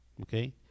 okay